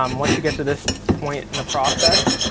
um once you get to this point in the process,